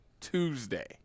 Tuesday